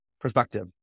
perspective